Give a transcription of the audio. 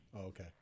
Okay